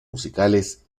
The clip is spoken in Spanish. musicales